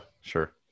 sure